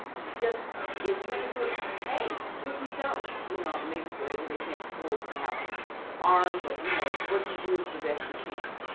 just if you're going to do it hey do it yourself, you know. maybe but everybody can't afford to have a farm but you know what you do is the best you can.